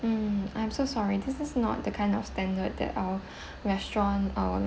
mm I'm so sorry this is not the kind of standard that our restaurant uh